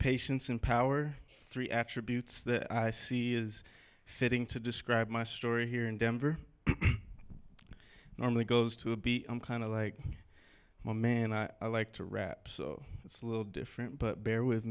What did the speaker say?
patience and power three attributes that i see is fitting to describe my story here in denver normally goes to a b i'm kind of like oh man i like to rap so it's a little different but bear with